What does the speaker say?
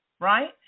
right